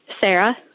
Sarah